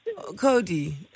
Cody